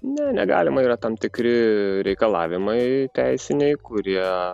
ne negalima yra tam tikri reikalavimai teisiniai kurie